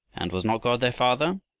and was not god their father,